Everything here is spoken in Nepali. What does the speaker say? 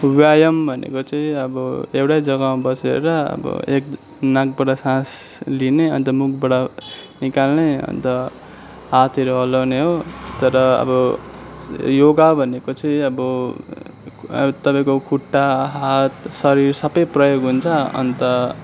व्यायामा भनेको चाहिँ अब एउटै जग्गामा बसेर अब एक नाकबाट सास अन्त मुखबाट निकाल्ने अन्त हातहरू हल्लाउने हो तर अब योगा भनेको चाहिँ अब तपाईँको खुट्टा हात शरीर सबै प्रयोग हुन्छ अन्त